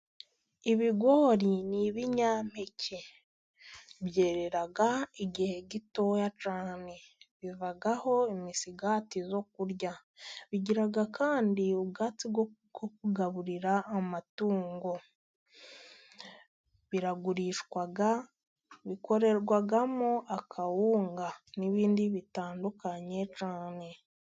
Ibigori ni ibinyampeke byerera igihe gitoya cyane. Bivaho imisigati yo kurya, bigira kandi ubwatsi bwo ku kugaburira amatungo. Biragurishwa, bikorwamo akawunga n'ibindi bitandukanye cyane.